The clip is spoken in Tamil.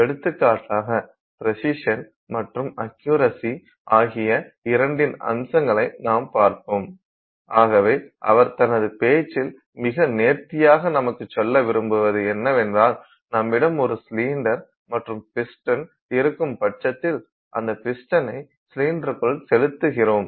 எடுத்துக்காட்டாக ப்ரிசிஷன் மற்றும் அக்யுரசி ஆகிய இரண்டின் அம்சங்களை நாம் பார்ப்போம் ஆகவே அவர் தனது பேச்சில் மிக நேர்த்தியாக நமக்கு சொல்ல விரும்புவது என்னவென்றால் நம்மிடம் ஒரு சிலிண்டர் மற்றும் பிஸ்டன் இருக்கும்பட்சத்தில் அந்த பிஸ்டனை சிலிண்டருக்குள் செலுத்துகிறோம்